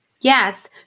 Yes